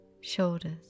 shoulders